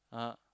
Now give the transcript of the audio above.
(uh huh)